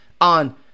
on